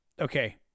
okay